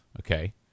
Okay